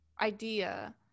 idea